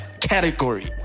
category